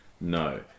No